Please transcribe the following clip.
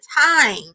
time